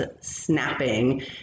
snapping